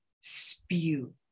spew